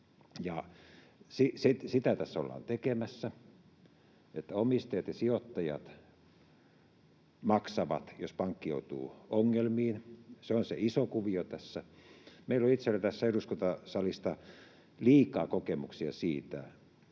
sitä tässä ollaan tekemässä, että omistajat ja sijoittajat maksavat, jos pankki joutuu ongelmiin. Se on se iso kuvio tässä. Meillä on itsellämme tästä eduskuntasalista liikaa kokemuksia siitä,